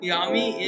Yami